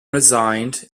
resigned